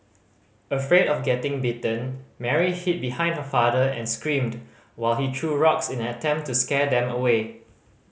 afraid of getting bitten Mary hid behind her father and screamed while he threw rocks in an attempt to scare them away